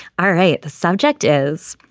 ah right. the subject is.